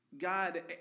God